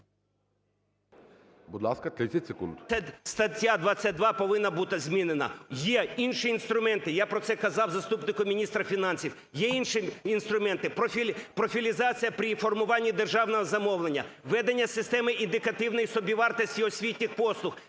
Будь ласка, 30 секунд.